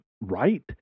right